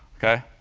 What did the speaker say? ok?